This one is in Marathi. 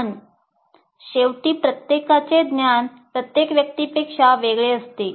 पण शेवटी प्रत्येकाचे ज्ञान प्रत्येक व्यक्तीपेक्षा वेगळे असते